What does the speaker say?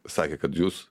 sakė kad jūs